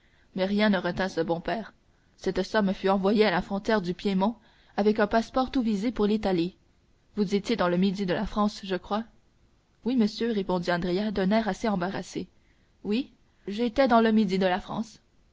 mais rien ne retint ce bon père cette somme fut envoyée à la frontière du piémont avec un passeport tout visé pour l'italie vous étiez dans le midi de la france je crois oui monsieur répondit andrea d'un air assez embarrassé oui j'étais dans le midi de la france